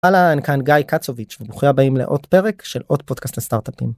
אהלן כאן גיא קצוביץ' וברוכים הבאים לעוד פרק של עוד פודקאסט לסטארטאפים.